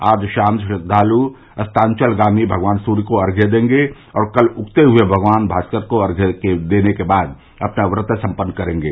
आज शाम श्रद्दालू अस्तांवलगामी भगवान सूर्य को अर्घ्य देंगे और कल उगते हुए भगवान भास्कर को अर्घ्य देने के बाद अपना व्रत सम्पन्न करेंगे